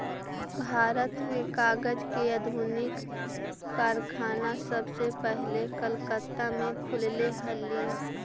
भारत में कागज के आधुनिक कारखाना सबसे पहले कलकत्ता में खुलले हलइ